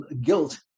guilt